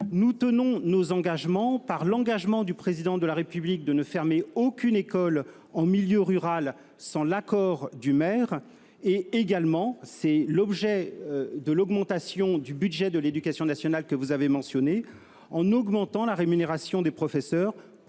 Nous tenons donc nos engagements, y compris celui du Président de la République de ne fermer aucune école en milieu rural sans l'accord du maire. Par ailleurs, c'est l'objet de l'augmentation du budget de l'éducation nationale que vous avez mentionnée, nous avons prévu d'accroître la rémunération des professeurs